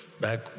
back